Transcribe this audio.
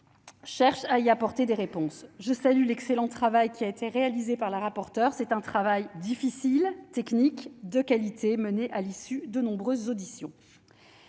cherche à y apporter des réponses, je salue l'excellent travail qui a été réalisé par la rapporteure, c'est un travail difficile technique de qualité menée à l'issue de nombreuses auditions.